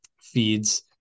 feeds